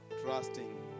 trusting